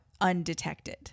undetected